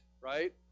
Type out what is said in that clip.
right